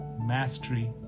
mastery